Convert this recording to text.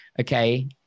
okay